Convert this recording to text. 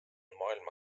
maailma